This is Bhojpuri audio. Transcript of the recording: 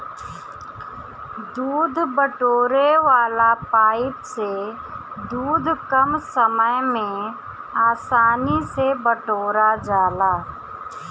दूध बटोरे वाला पाइप से दूध कम समय में आसानी से बटोरा जाला